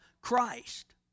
Christ